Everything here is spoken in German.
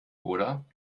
oder